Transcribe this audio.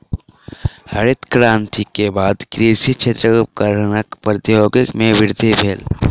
हरित क्रांति के बाद कृषि क्षेत्रक उपकरणक प्रौद्योगिकी में वृद्धि भेल